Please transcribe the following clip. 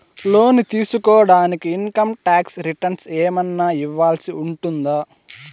లోను తీసుకోడానికి income tax returns ఏమన్నా ఇవ్వాల్సి ఉంటుందా